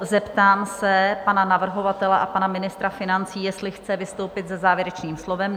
Zeptám se pana navrhovatele a pana ministra financí, jestli chce vystoupit se závěrečným slovem?